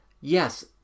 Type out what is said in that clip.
yes